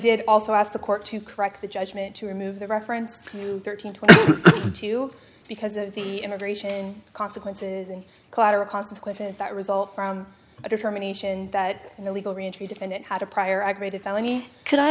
did also ask the court to correct the judgment to remove the reference to thirteen twenty two because of the immigration consequences and collateral consequences that result from a determination that an illegal reentry defendant had a prior a grade